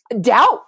doubt